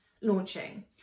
launching